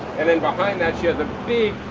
and then behind that, she has a big